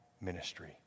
ministry